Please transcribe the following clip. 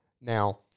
Now